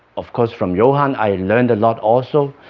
of course from johan i learned a lot also